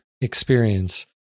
experience